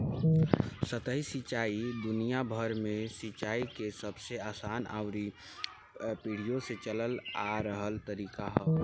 सतही सिंचाई दुनियाभर में सिंचाई के सबसे आसान अउरी पीढ़ियो से चलल आ रहल तरीका ह